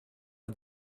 are